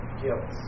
guilt